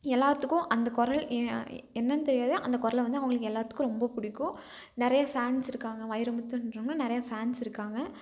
எல்லாத்துக்கும் அந்த குரல் என்னென் னு தெரியாது அந்த குரல்ல வந்து அவங்களுக்கு எல்லாத்துக்கும் ரொம்ப பிடிக்கும் நிறைய ஃபேன்ஸ் இருக்காங்க வைரமுத்துகிறவங்க நிறைய ஃபேன்ஸ் இருக்காங்க